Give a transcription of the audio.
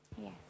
Yes